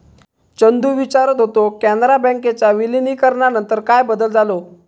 चंदू विचारत होतो, कॅनरा बँकेच्या विलीनीकरणानंतर काय बदल झालो?